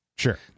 Sure